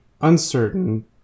uncertain